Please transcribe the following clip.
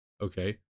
okay